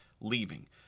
leaving